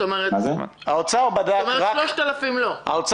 כלומר 3,000 לא הועברו.